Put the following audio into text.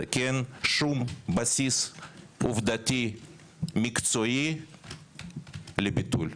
כי אין שום בסיס עובדתי מקצועי לביטול.